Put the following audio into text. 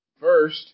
First